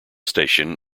station